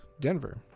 Denver